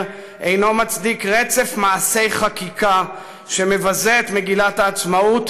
אינו מצדיק רצף מעשי חקיקה שמבזה את מגילת העצמאות,